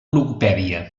logopèdia